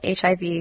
HIV